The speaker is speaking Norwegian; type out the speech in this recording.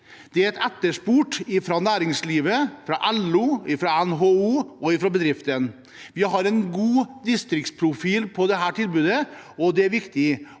Det er etterspurt fra næringslivet, fra LO, fra NHO og fra bedriftene. Vi har en god distriktsprofil på dette tilbudet, og det er viktig